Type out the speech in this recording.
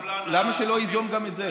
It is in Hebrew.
למה שלא ייזום גם את זה?